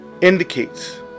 indicates